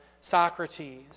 Socrates